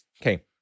Okay